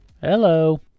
Hello